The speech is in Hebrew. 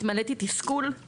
התמלאתי תסכול, זעם,